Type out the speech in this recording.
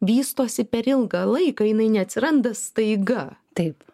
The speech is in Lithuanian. vystosi per ilgą laiką jinai neatsiranda staiga